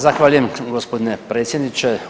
Zahvaljujem gospodine predsjedniče.